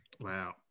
Wow